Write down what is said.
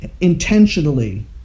intentionally